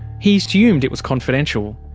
he assumed it was confidential,